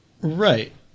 right